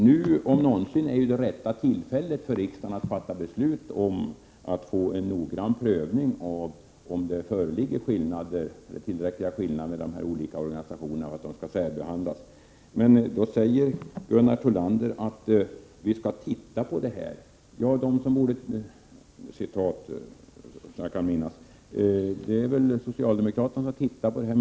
Nu om någonsin är det rätt tillfälle för riksdagen att fatta beslut om en noggrann prövning av om det föreligger tillräckliga skillnader mellan dessa organisationer för att de skall behandlas på olika sätt. Men Gunnar Thollander säger att man skall se över detta. Det är väl socialdemokraterna som skall se över detta.